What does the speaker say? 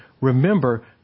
Remember